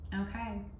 Okay